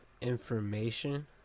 information